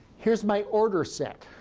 here's my order set.